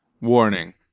Warning